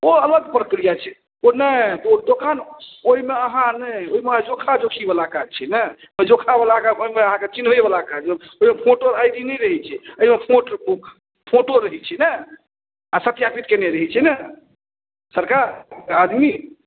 ओ अलग प्रक्रिया छै ओ नहि ओ दोकान ओहिमे अहाँ नहि ओहिमे जोखा जोखीवला काज छै ने तऽ जोखावला ओहिमे अहाँके चिन्हैवला काज ओहिमे फोटो आइ डी नहि रहै छै एहिमे फोटो फोटो रहै छै ने आओर सत्यापित कएने रहै छै ने सरकार आदमी